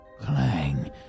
clang